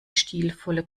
stilvolle